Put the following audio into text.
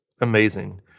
amazing